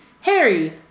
Harry